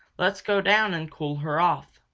let's go down and cool her off!